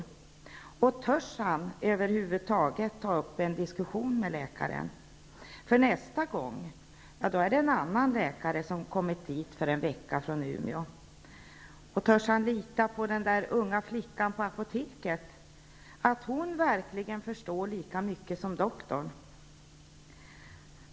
Man kan fråga sig om patienten över huvud taget törs ta upp en diskussion med läkaren, eftersom det nästa gång kan vara en annan läkare från Umeå, som har kommit dit för att ha mottagning en vecka. Och törs patienten lita på att den unga flickan på apoteket verkligen förstår lika mycket som doktorn?